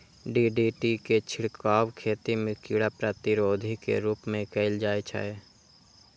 DDT के छिड़काव खेती मे कीड़ा प्रतिरोधी के रूप मे कैल जाइ छै